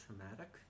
traumatic